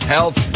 Health